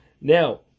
Now